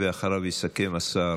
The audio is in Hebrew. אחריו יסכם השר,